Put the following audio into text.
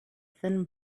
thin